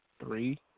three